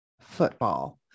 football